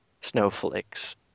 snowflakes